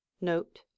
note